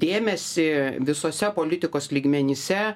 dėmesį visuose politikos lygmenyse